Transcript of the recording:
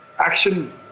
action